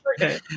Okay